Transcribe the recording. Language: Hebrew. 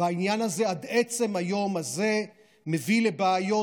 והעניין הזה עד עצם היום הזה מביא לבעיות